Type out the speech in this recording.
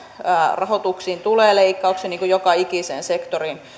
rahoituksiin tulee leikkauksia niin kuin joka ikiseen sektoriin